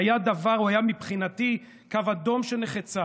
היה מבחינתי קו אדום שנחצה,